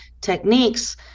techniques